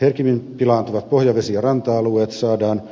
herkimmin pilaantuvat pohjavesi ja ranta alueet saadaan